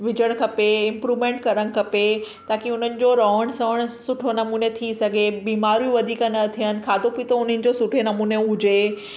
विझणु खपे इंप्रुमेंट करणु खपे ताकी हुननि जो रहणु सहणु सुठो नमूने थी सघे बीमारियूं वधीक न थियनि खाधो पितो उन्हनि जो सुठे नमूने हुजे